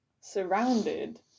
surrounded